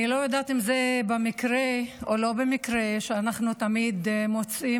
אני לא יודעת אם זה במקרה או לא במקרה שאנחנו תמיד מוצאים